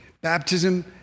Baptism